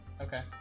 Okay